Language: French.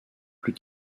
plus